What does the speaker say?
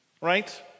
right